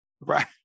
right